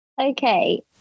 okay